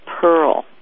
pearl